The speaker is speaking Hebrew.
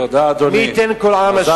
תודה, אדוני.